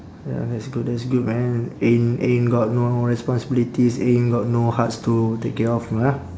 ya that's good that's good man ain't ain't got no responsibilities ain't got no hearts to take care of ah